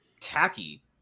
tacky